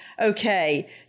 Okay